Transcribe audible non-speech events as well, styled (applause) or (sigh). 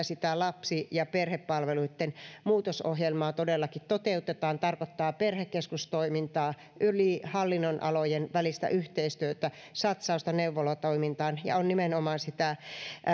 (unintelligible) sitä lapsi ja perhepalveluitten muutosohjelmaa todellakin toteutetaan se tarkoittaa perhekeskustoimintaa hallinnonalojen välistä yhteistyötä ja satsausta neuvolatoimintaan ja on nimenomaan